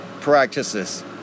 practices